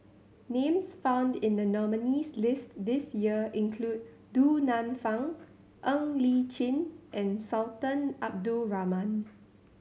names found in the nominees' list this year include Du Nanfa Ng Li Chin and Sultan Abdul Rahman